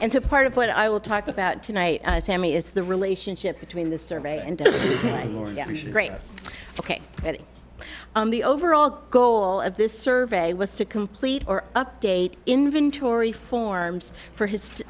and so part of what i will talk about tonight sami is the relationship between this survey and great ok at the overall goal of this survey was to complete or update inventory forms for his